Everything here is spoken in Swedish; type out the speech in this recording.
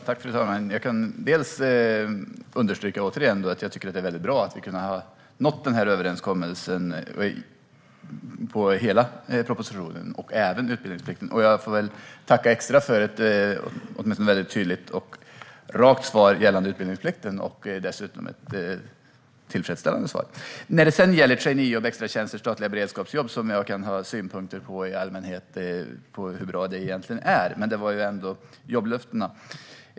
Fru talman! Jag kan återigen understryka att det är väldigt bra att vi har kunnat nå den här överenskommelsen vad gäller hela propositionen och även utbildningsplikten. Jag får tacka extra för ett tydligt, rakt och dessutom tillfredsställande svar gällande utbildningsplikten. När det sedan gäller traineejobb, extratjänster och statliga beredskapsjobb kan jag ha synpunkter i allmänhet på hur bra de egentligen är, men detta var ändå jobblöftena.